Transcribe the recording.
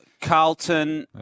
Carlton